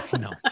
no